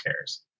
cares